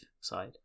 side